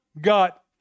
got